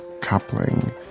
coupling